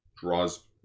Draws